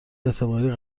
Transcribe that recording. اعتباری